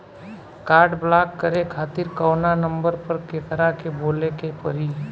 Card ब्लाक करे खातिर कवना नंबर पर केकरा के बोले के परी?